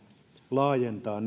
laajentaa